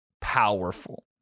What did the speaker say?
powerful